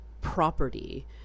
property